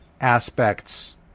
aspects